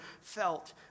felt